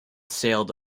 sailed